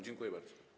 Dziękuję bardzo.